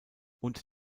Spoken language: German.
und